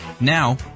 Now